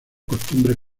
costumbres